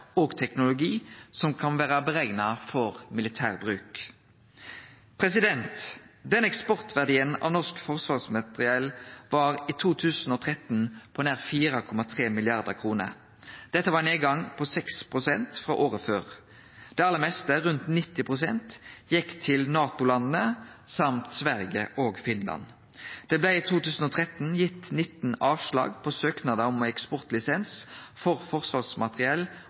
og teknologi som kan vere berekna for militær bruk. Eksportverdien av norsk forsvarsmateriell var i 2013 på nær 4,3 mrd. kr. Dette var ein nedgang på 6 pst. frå året før. Det aller meste – rundt 90 pst. – gjekk til NATO-landa og til Sverige og Finland. Det blei i 2013 gitt 19 avslag på søknader om eksportlisens for forsvarsmateriell